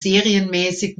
serienmäßig